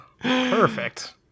Perfect